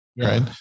Right